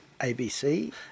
ABC